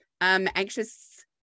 Anxious